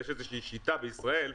יש איזו שיטה בישראל,